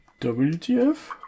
WTF